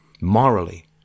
morally